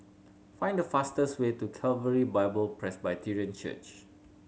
find the fastest way to Calvary Bible Presbyterian Church